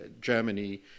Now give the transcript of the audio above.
Germany